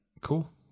Cool